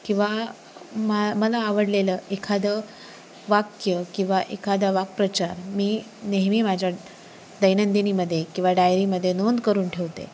किंवा मा मला आवडलेलं एखादं वाक्य किंवा एखादा वाक्प्रचार मी नेहमी माझ्या दैनंदिनीमध्ये किंवा डायरीमध्ये नोंद करून ठेवते